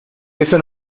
eso